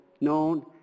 known